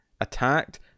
attacked